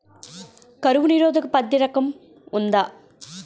కరువు నిరోధక పత్తి రకం ఉందా?